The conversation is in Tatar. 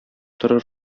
торыр